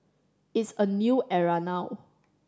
it's a new era now